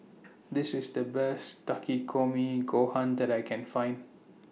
This IS The Best Takikomi Gohan that I Can Find